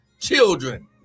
children